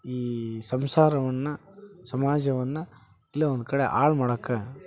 ಈ ಸಂಸಾರವನ್ನು ಸಮಾಜವನ್ನು ಎಲ್ಲೋ ಒಂದು ಕಡೆ ಹಾಳ್ ಮಾಡಕ್ಕೆ